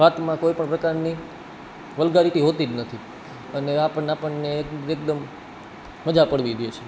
વાતમાં કોઈપણ પ્રકારની વલ્ગારિટી હોતી જ નથી અને આપણને એકદમ મજા પડવી દે છે